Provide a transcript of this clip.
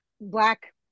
black